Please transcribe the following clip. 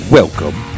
welcome